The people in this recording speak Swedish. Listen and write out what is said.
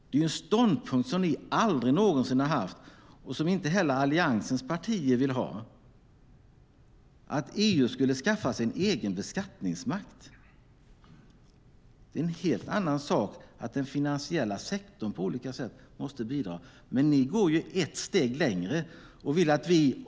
Det är en ståndpunkt som ni aldrig någonsin har haft och som inte heller Alliansens partier vill ha, att EU skulle skaffa sig en egen beskattningsmakt. Det är en helt annan sak att den finansiella sektorn på olika sätt måste bidra. Men ni går ett steg längre.